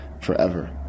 forever